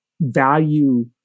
value